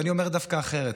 ואני אומר דווקא אחרת: